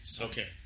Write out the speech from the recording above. okay